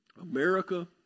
America